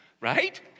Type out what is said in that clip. right